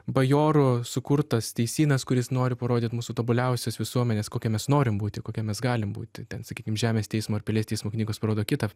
bajoro sukurtas teisynas kuris nori parodyt mūsų tobuliausios visuomenės kokia mes norim būti kokia mes galim būti ten sakykim žemės teismo ar pilies teismo knygos parodo kitą